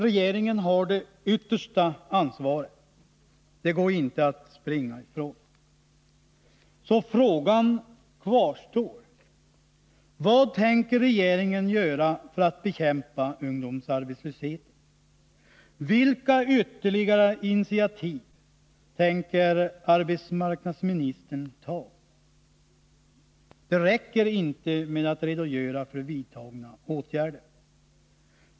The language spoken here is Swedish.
Regeringen har ändå det yttersta ansvaret — det går inte att springa ifrån. Så frågan kvarstår: Vad tänker regeringen göra för att bekämpa ungdomsarbetslösheten? Vilka ytterligare initiativ tänker arbetsmarknadsministern ta? Det räcker inte med att redogöra för vidtagna åtgärder.